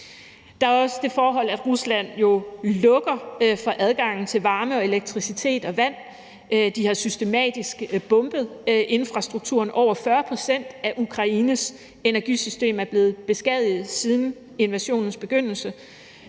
Der er også det forhold, at Rusland jo lukker for adgangen til varme og elektricitet og vand. De har systematisk bombet infrastrukturen, og over 40 pct. af Ukraines energisystem er blevet beskadiget siden invasionens begyndelse,